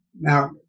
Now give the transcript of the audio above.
Now